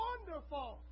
Wonderful